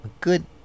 Good